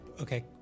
Okay